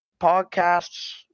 podcasts